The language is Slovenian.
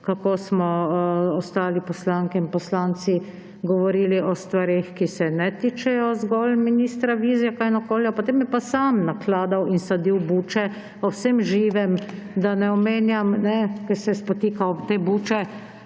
kako smo ostali poslanke in poslanci govorili o stvareh, ki se ne tičejo zgolj ministra Vizjaka in okolja, potem je pa sam nakladal in sadil buče po vsem živem, da ne omenjam, ko se spotika ob te buče,